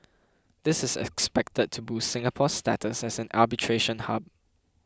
this is expected to boost Singapore's status as an arbitration hub